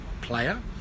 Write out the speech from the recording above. player